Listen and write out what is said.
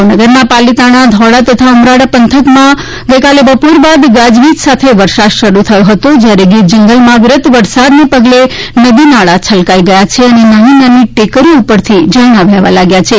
ભાવનગરના પાલીતાણા ધોળા તથા ઉમરાળા પંથકમાં બપોર બાદ ગાજવીજ સાથે વરસાદ શરુ થયો હતો જ્યારે ગીર જંગલમાં અવિરત વરસાદને પગલે નદી નાળા છલકાઇ ગયા છે અને નાની નાની ટેકરીઓ ઉપરથી ઝરણાં વહેલા લાગ્યા છે